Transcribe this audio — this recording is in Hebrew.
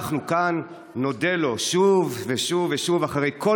אנחנו כאן נודה לו שוב ושוב ושוב אחרי כל